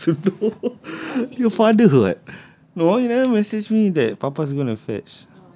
how am I supposed to know your father [what] no you never message me that papa gonna fetch